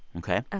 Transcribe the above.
ok ah